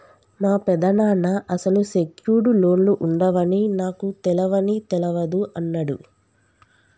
మా పెదనాన్న అసలు సెక్యూర్డ్ లోన్లు ఉండవని నాకు తెలవని తెలవదు అన్నడు